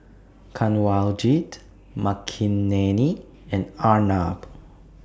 Kanwaljit Makineni and Arnab